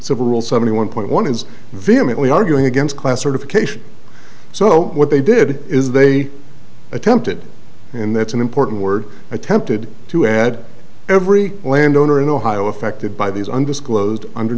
several seventy one point one is vehemently arguing against class certification so what they did is they attempted and that's an important word attempted to add every landowner in ohio affected by these undisclosed under